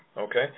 okay